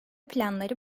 planları